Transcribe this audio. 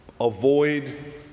Avoid